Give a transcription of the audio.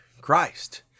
Christ